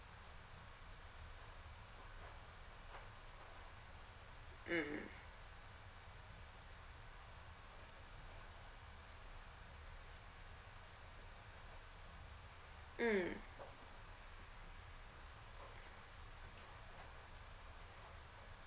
mm mm